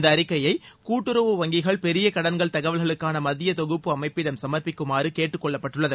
இந்த அறிக்கையை கூட்டறவு வங்கிகள் பெரிய கடன்கள் தகவல்களுக்கான மத்திய தொகுப்பு அமைப்பிடம் சமர்ப்பிக்குமாறு கேட்டுக்கொள்ளப்பட்டுள்ளது